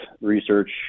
research